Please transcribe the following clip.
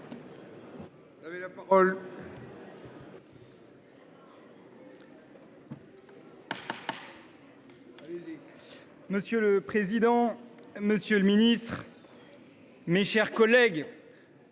Monsieur le président, monsieur le ministre, mes chers collègues,